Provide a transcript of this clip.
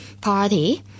party